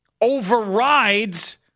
overrides